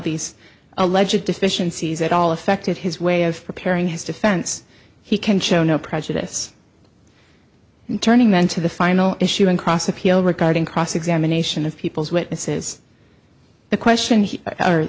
these alleged deficiencies at all affected his way of preparing his defense he can show no prejudice in turning men to the final issue in cross appeal regarding cross examination of people's witnesses the question